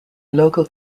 local